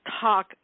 talk